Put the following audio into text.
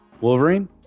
Wolverine